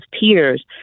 peers